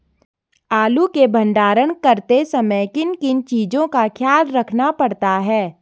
आलू के भंडारण करते समय किन किन चीज़ों का ख्याल रखना पड़ता है?